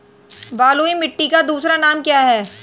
बलुई मिट्टी का दूसरा नाम क्या है?